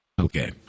Okay